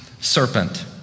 serpent